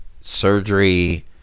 surgery